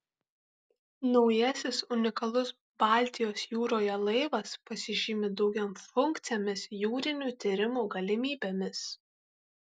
naujasis unikalus baltijos jūroje laivas pasižymi daugiafunkcėmis jūrinių tyrimų galimybėmis